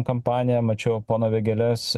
kampanija mačiau pono vėgėlės